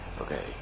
okay